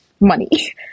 money